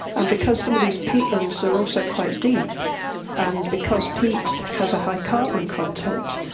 and because some of these peatlands are also quite deep and because peat has a high carbon content,